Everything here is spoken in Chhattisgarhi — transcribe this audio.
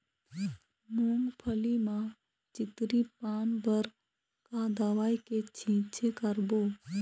मूंगफली म चितरी पान बर का दवई के छींचे करबो?